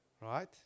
right